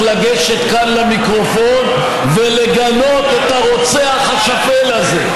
לגשת כאן למיקרופון ולגנות את הרוצח השפל הזה.